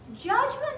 judgment